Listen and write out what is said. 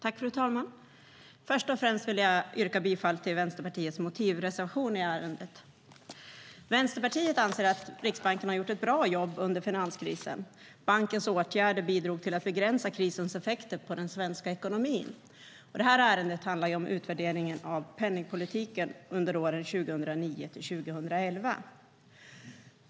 Fru talman! Först och främst yrkar jag bifall till Vänsterpartiets motivreservation i ärendet. Vänsterpartiet anser att Riksbanken har gjort ett bra jobb under finanskrisen. Bankens åtgärder bidrog till att begränsa krisens effekter på den svenska ekonomin. Ärendet handlar om utvärderingen av penningpolitiken under åren 2009-2011.